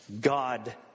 God